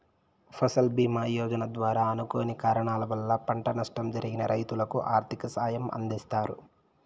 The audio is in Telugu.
ఫసల్ భీమ యోజన ద్వారా అనుకోని కారణాల వల్ల పంట నష్టం జరిగిన రైతులకు ఆర్థిక సాయం అందిస్తారు